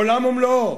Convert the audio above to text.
עולם ומלואו.